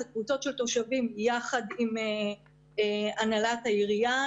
אלה קבוצות של תושבים יחד עם הנהלת העירייה,